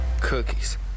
cookies